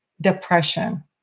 depression